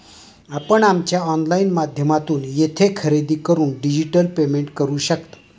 आपण आमच्या ऑनलाइन माध्यमातून येथे खरेदी करून डिजिटल पेमेंट करू शकता